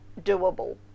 doable